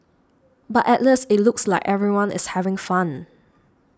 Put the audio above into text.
but at least it looks like everyone is having fun